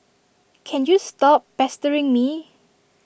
can you stop pestering me